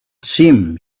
seemed